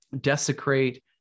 desecrate